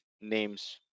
names